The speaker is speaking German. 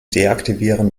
deaktivieren